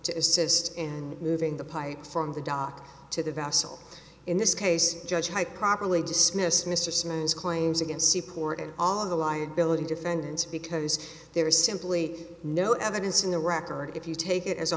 to assist in moving the pipe from the dock to the vassal in this case judge high properly dismissed mr simmons claims against seaport and all of the liability defendants because there is simply no evidence in the record if you take it as a